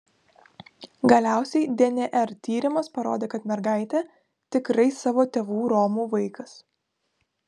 galiausiai dnr tyrimas parodė kad mergaitė tikrai savo tėvų romų vaikas